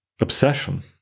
obsession